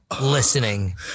listening